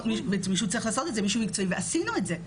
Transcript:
ומישהו צריך לעשות את זה, ועשינו את זה.